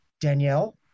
Danielle